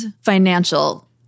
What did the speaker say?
financial